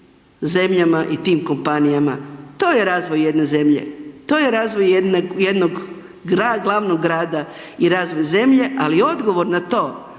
zemljama i tim kompanijama. To je razvoj jedne zemlje. To je razvoj jednog glavnog grada i razvoj zemlje, ali odgovor na to,